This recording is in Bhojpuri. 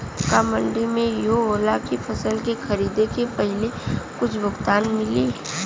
का मंडी में इहो होला की फसल के खरीदे के पहिले ही कुछ भुगतान मिले?